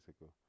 ago